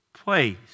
Place